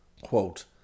Quote